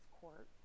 court